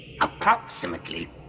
Approximately